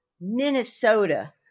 Minnesota